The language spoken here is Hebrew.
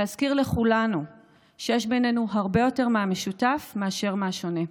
להזכיר לכולנו שיש בינינו הרבה יותר מהמשותף מאשר מהשונה.